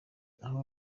aho